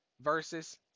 verses